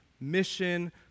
mission